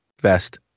vest